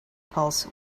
pulse